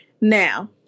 Now